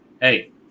hey